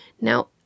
Now